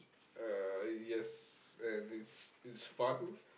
uh yes and it's it's fun